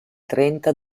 trenta